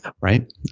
Right